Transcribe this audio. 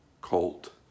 colt